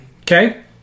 okay